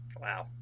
Wow